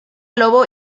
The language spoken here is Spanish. lobo